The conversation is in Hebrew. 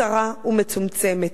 צרה ומצומצמת.